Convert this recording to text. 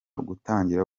gutangira